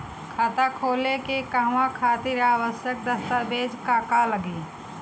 खाता खोले के कहवा खातिर आवश्यक दस्तावेज का का लगी?